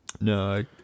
No